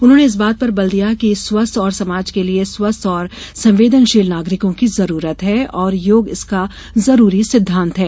उन्होंने इस बात पर बल दिया कि स्वस्थ्य समाज के लिये स्वस्थ्य और संवेदशील नागरिकों की जरूरत है और योग इसका जरूरी सिद्वांत है